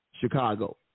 Chicago